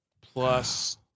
Plus